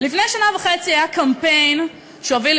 לפני שנה וחצי היה קמפיין שהוביל,